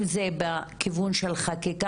אם זה מהכיוון של חקיקה,